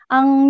Ang